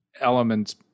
elements